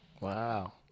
Wow